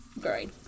Great